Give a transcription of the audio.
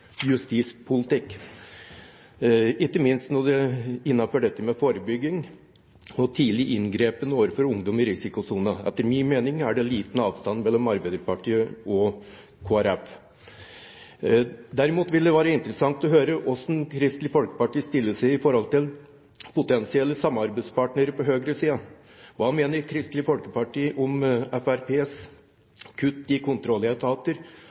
justispolitikk, ikke minst innenfor forebygging og tidlig inngripen overfor ungdom i risikosonen. Etter min mening er det liten avstand mellom Arbeiderpartiet og Kristelig Folkeparti. Derimot vil det være interessant å høre hvordan Kristelig Folkeparti stiller seg til potensielle samarbeidspartnere på høyresiden. Hva mener Kristelig Folkeparti om Fremskrittspartiets kutt i kontrolletater,